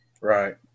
right